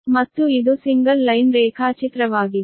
ಮತ್ತು ಇದು single line ರೇಖಾಚಿತ್ರವಾಗಿದೆ